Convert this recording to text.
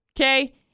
okay